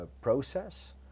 process